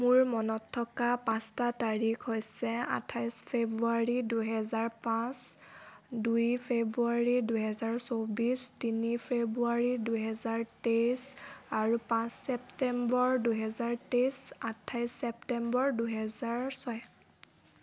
মোৰ মনত থকা পাঁচটা তাৰিখ হৈছে আঠাইছ ফেব্ৰুৱাৰী দুহেজাৰ পাঁচ দুই ফেব্ৰুৱাৰী দুহেজাৰ চৌব্বিছ তিনি ফেব্ৰুৱাৰী দুহেজাৰ তেইছ আৰু পাঁচ ছেপ্টেম্বৰ দুহেজাৰ তেইছ আঠাইছ ছেপ্টেম্বৰ দুহেজাৰ ছয়